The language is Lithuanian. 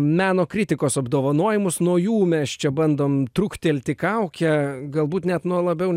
meno kritikos apdovanojimus nuo jų mes čia bandom truktelti kaukę galbūt net nuo labiau